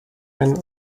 ein